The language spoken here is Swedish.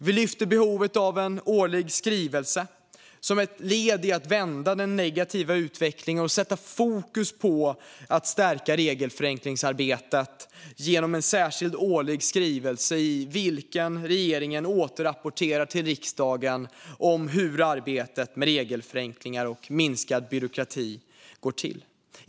Vi lyfter fram behovet av en årlig skrivelse som ett led i att vända den negativa utvecklingen och sätta fokus på att stärka regelförenklingsarbetet genom en särskild årlig skrivelse i vilken regeringen återrapporterar till riksdagen om hur arbetet med regelförenklingar och minskad byråkrati går till.